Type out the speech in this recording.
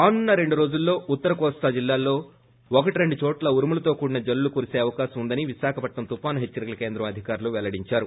రానున్న రెండు రోజుల్లో ఉత్తర కోస్తా జిల్లాల్లో ఒకటి రెండు చోట్ల ఉరుములతో కూడిన జల్లులు పడే అవకాశం ఉందని విశాఖ తుఫాను హేచ్చేరికల కేంద్రం అధికారులు పెల్లడించారు